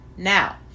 Now